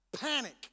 Panic